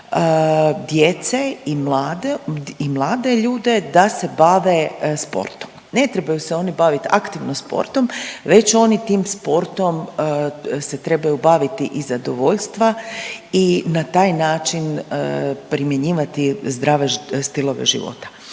mlade i mlade ljude da se bave sportom, ne trebaju se oni bavit aktivno sportom već oni tim sportom se trebaju baviti iz zadovoljstva i na taj način primjenjivati zdrave stilove života.